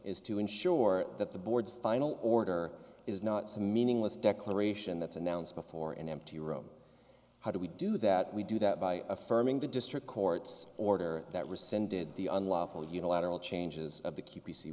is to ensure that the board's final order is not some meaningless declaration that's announced before an empty room how do we do that we do that by affirming the district court's order that rescinded the unlawful unilateral changes of the